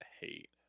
hate